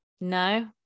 No